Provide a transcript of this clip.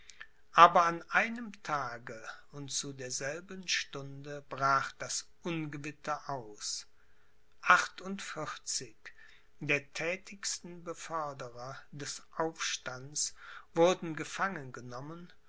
aber an einem tage und zu derselben stunde brach das ungewitter aus achtundvierzig der thätigsten beförderer des aufstands wurden gefangen